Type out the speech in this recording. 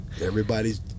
Everybody's